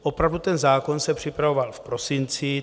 Opravdu, ten zákon se připravoval v prosinci.